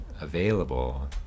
available